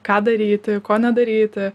ką daryti ko nedaryti